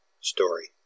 story